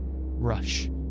rush